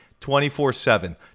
24-7